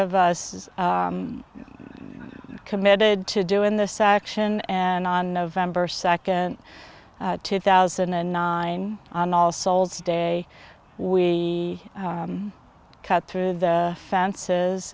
of us committed to do in this section and on november second two thousand and nine on all sold today we cut through the fences